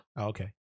Okay